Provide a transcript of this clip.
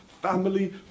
family